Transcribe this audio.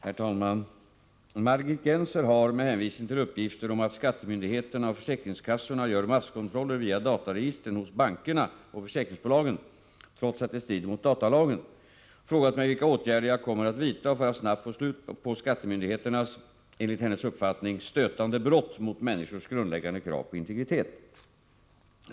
Herr talman! Margit Gennser har — med hänvisning till uppgifter om att skattemyndigheterna och försäkringskassorna gör masskontroller via dataregistren hos bankerna och försäkringsbolagen trots att det strider mot datalagen — frågat mig vilka åtgärder jag kommer att vidta för att snabbt få slut på skattemyndigheternas enligt hennes uppfattning stötande brott mot människors grundläggande krav på integritet.